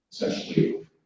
Essentially